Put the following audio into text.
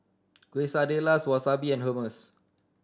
Quesadillas Wasabi and Hummus